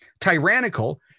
tyrannical